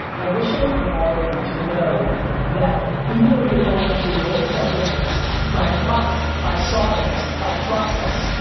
i wish it on all of you to know that, even though you're going after your own self-interests, by proxy, by sawdust, by process,